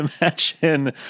imagine